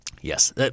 Yes